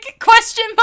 Question